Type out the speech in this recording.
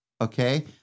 okay